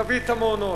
תביא את המעונות.